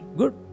good